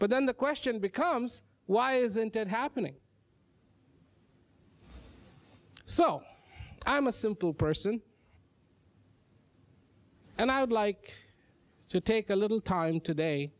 but then the question becomes why isn't it happening so i am a simple person and i would like to take a little time today